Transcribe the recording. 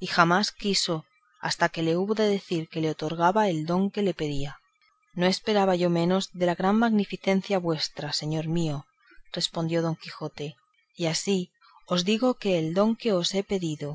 y jamás quiso hasta que le hubo de decir que él le otorgaba el don que le pedía no esperaba yo menos de la gran magnificencia vuestra señor mío respondió don quijote y así os digo que el don que os he pedido